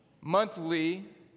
monthly